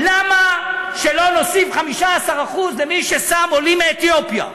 למה שלא נוסיף 15% למי ששם עולים מאתיופיה?